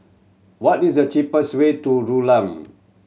what is the cheapest way to Rulang